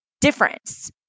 difference